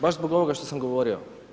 Baš zbog ovoga što sam govorio.